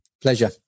Pleasure